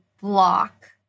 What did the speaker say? block